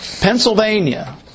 Pennsylvania